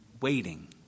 waiting